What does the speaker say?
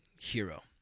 hero